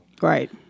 Right